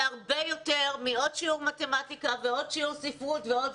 זה הרבה יותר מעוד שיעור מתמטיקה ועוד שיעור ספרות ועוד.